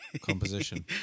composition